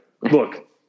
Look